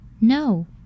No